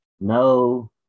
no